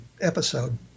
episode